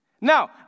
Now